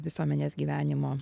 visuomenės gyvenimo